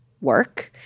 work